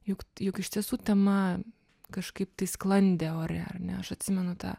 juk juk iš tiesų tema kažkaip tai sklandė ore ar ne aš atsimenu tą